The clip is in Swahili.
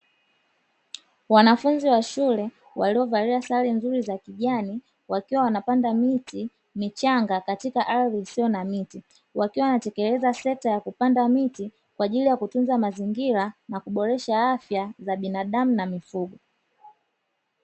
Wanafunzi wa shule waliovalia sare nzuri za kijani wakiwa wanapanda miti michanga katika ardhi isiyo na miti, wakiwa wanatekeleza sekta ya kupanda miti kwa ajili ya kutunza mazingira na kuboresha afya za binadamu na mifugo.